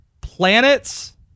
planets